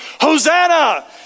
Hosanna